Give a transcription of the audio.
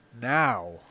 now